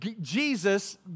Jesus